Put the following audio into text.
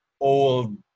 old